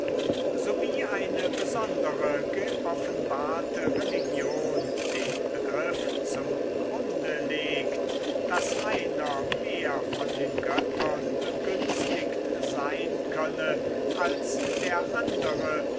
wie eine besondere geoffenbarte religion den begriff zum grunde legt daß einer mehr von den göttern begünstigt sein könne als der andre